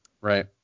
Right